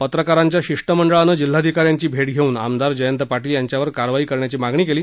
पत्रकारांच्या शिष्टमंडळानं जिल्हाधिकाऱ्यांची भेट घेऊन आमदार जयंत पाटील यांच्यावर कारवाई करण्याची मागणी केली